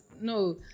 no